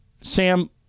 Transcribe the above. Sam